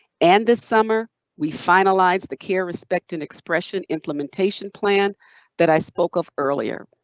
and this summer, we finalize the care respect and expression implementation plan that i spoke of earlier.